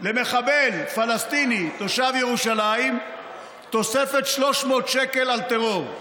למחבל פלסטיני תושב ירושלים תוספת 300 שקל על טרור,